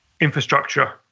infrastructure